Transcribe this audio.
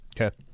Okay